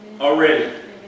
already